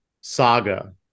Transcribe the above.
saga